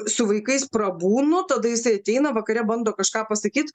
su vaikais prabūnu tada jisai ateina vakare bando kažką pasakyt